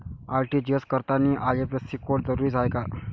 RTGS करतांनी IFSC code जरुरीचा हाय का?